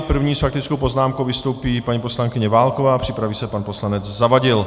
První s faktickou poznámkou vystoupí paní poslankyně Válková, připraví se pan poslanec Zavadil.